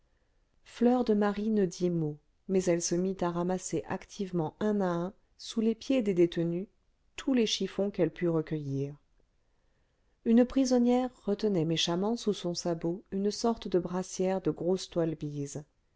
ne dit mot mais elle se mit à ramasser activement un à un sous les pieds des détenues tous les chiffons qu'elle put recueillir une prisonnière retenait méchamment sous son sabot une sorte de brassière de grosse toile bise